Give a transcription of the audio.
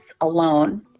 alone